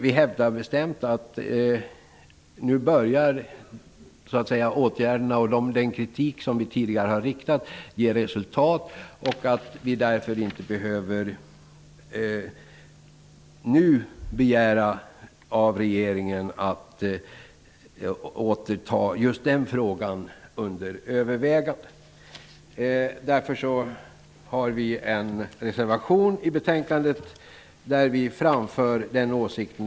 Vi hävdar bestämt att nu börjar åtgärderna och vår tidigare kritik att ge resultat. Därför anser vi att vi nu inte behöver begära att regeringen skall ta just denna fråga under förnyat övervägande. Vi har fogat en reservation till betänkandet där vi framför vår åsikt.